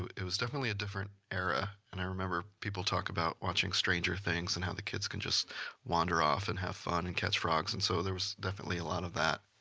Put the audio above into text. it it was definitely a different era. and i remember people talk about watching stranger things, and how the kids can just wander off and have fun, and catch frogs, and so there was definitely a lot of that.